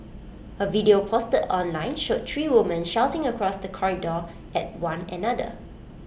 A video posted online showed three women shouting across the corridor at one another